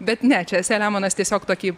bet ne čia selemonas tiesiog tokį